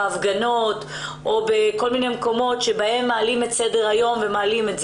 בהפגנות או בכל מיני מקומות שבהם מעלים דברים לסדר היום.